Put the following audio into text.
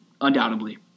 undoubtedly